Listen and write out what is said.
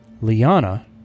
Liana